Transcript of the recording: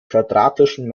quadratischen